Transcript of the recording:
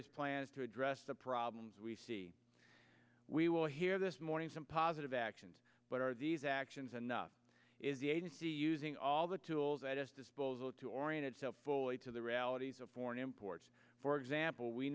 here is plans to address the problems we see we will hear this morning some positive actions but are these actions anough is the agency using all the tools at its disposal to orient itself fully to the realities of foreign imports for example we